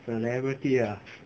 celebrity ah